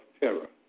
terror